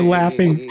laughing